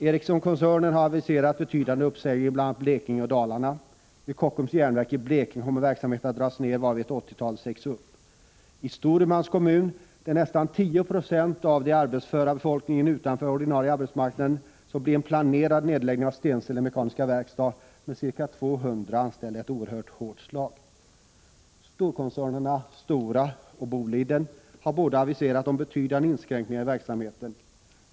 Ericssonkoncernen har aviserat betydande uppsägningar i bl.a. Blekinge och Dalarna. Vid Kockums Jernverk i Blekinge kommer verksamheten att dras ned, varvid ett åttiotal anställda sägs upp. I Storumans kommun med nästan 10 96 av den arbetsföra befolkningen utanför den ordinarie arbets marknaden blir en planerad nedläggning av Stensele Mekaniska Verkstad Prot. 1985/86:103 med ca 200 anställda ett oerhört hårt slag. 1 april 1986 Storkoncernerna Stora och Boliden har båda aviserat betydande inskränk= Om tillsättande av en ningar i verksamheten.